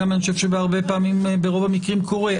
אני גם חושב שברוב המקרים זה קורה.